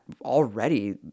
already